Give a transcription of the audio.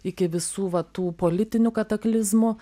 iki visų va tų politinių kataklizmų